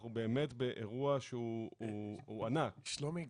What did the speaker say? אנחנו באמת באירוע שהוא ענק -- שלומי,